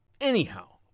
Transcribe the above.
Anyhow